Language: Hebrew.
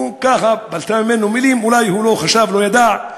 הוא ככה פלט מילים, אולי הוא לא חשב, לא ידע,